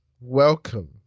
welcome